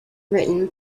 written